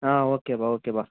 ఆ ఓకే బావ ఓకే బావ